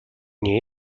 nie